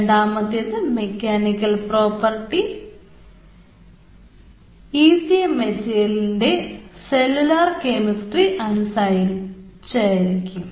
രണ്ടാമത്തേത് mechanical property ECM മെറ്റീരിയലിൻറെ cellular chemistry അനുസരിച്ചിരിക്കും